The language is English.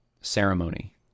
ceremony